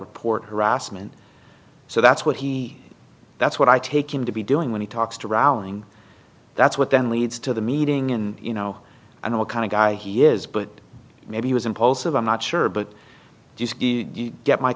report harassment so that's what he that's what i take him to be doing when he talks to rallying that's what then leads to the meeting in you know i know what kind of guy he is but maybe he was impulsive i'm not sure but do you get my